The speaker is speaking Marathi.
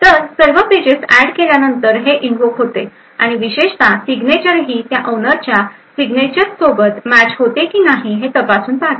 तर सर्व पेजेस ऍड केल्यानंतर हे इनव्होक होते आणि विशेषतः सिग्नेचर ही त्या ओनरच्या सिग्नेचर सोबत मॅच होते की नाही हे तपासून पाहते